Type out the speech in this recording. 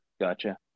Gotcha